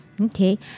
Okay